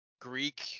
Greek